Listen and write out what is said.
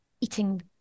eating